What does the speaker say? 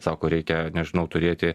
sako reikia nežinau turėti